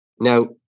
Now